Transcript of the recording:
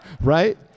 Right